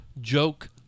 joke